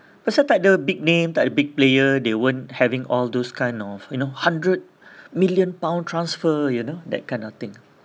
pasal takde big name takde big player they weren't having all those kind of you know hundred million pound transfer you know that kind of thing